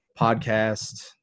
podcast